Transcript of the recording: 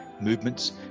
movements